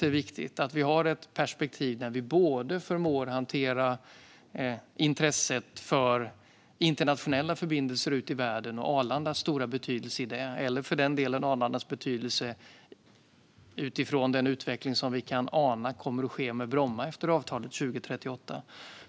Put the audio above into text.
Det är viktigt att vi har ett perspektiv där vi förmår att hantera intresset för internationella förbindelser ute i världen och Arlandas stora betydelse i det, eller för den delen Arlandas betydelse utifrån den utveckling som vi kan ana kommer att ske med Bromma efter avtalet 2038.